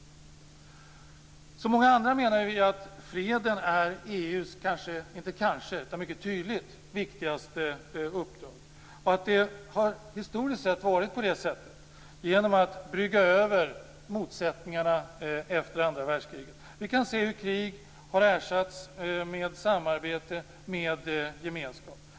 Liksom många andra menar vi att freden är EU:s viktigaste uppdrag och att det historiskt sett har varit på det sättet genom att man har kunnat brygga över motsättningarna efter andra världskriget. Vi kan se hur krig har ersatts med samarbete och med gemenskap.